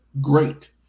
great